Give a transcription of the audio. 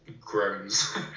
groans